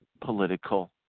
political